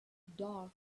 darth